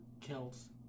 kills